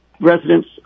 residents